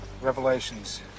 Revelations